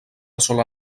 sola